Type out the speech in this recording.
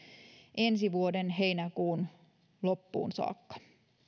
ensi vuoden heinäkuun loppuun saakka